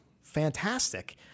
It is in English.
fantastic